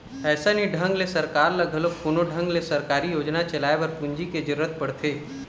अइसने ही ढंग ले सरकार ल घलोक कोनो ढंग ले सरकारी योजना चलाए बर पूंजी के जरुरत पड़थे